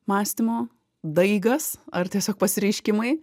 mąstymo daigas ar tiesiog pasireiškimai